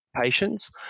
patients